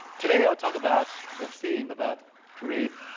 today i will talk about the theme about create,